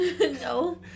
No